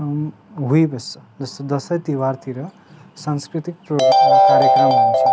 हुइबस्छ जस्तै दसैँ तिहारतिर सांस्कृतिक कार्यक्रमहरू हुन्छ